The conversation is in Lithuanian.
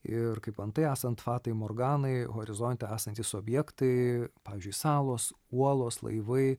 ir kaip antai esant fatai morganai horizonte esantys objektai pavyzdžiui salos uolos laivai